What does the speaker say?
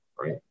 right